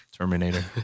Terminator